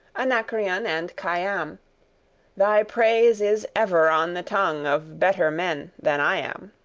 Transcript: anacreon and khayyam thy praise is ever on the tongue of better men than i am.